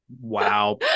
Wow